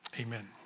amen